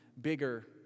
bigger